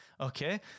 Okay